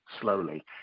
slowly